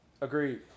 Agreed